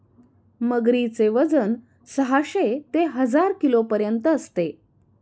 मगरीचे वजन साहशे ते हजार किलोपर्यंत असते